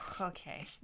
okay